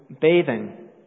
bathing